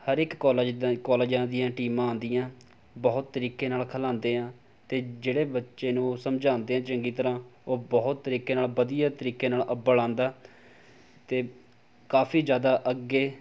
ਹਰ ਇੱਕ ਕਾਲਜ ਦੇ ਕਾਲਜਾਂ ਦੀਆਂ ਟੀਮਾਂ ਆਉਂਦੀਆਂ ਬਹੁਤ ਤਰੀਕੇ ਨਾਲ ਖਿਲਾਉਂਦੇ ਆ ਅਤੇ ਜਿਹੜੇ ਬੱਚੇ ਨੂੰ ਉਹ ਸਮਝਾਉਂਦੇ ਆ ਚੰਗੀ ਤਰ੍ਹਾਂ ਉਹ ਬਹੁਤ ਤਰੀਕੇ ਨਾਲ ਵਧੀਆ ਤਰੀਕੇ ਨਾਲ ਅੱਵਲ ਆਉਂਦਾ ਦੇ ਕਾਫੀ ਜ਼ਿਆਦਾ ਅੱਗੇ